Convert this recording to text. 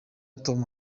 tom